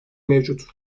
mevcut